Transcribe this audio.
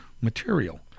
material